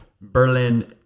Berlin